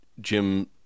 Jim